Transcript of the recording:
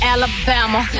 Alabama